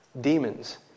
Demons